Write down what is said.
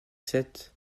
sept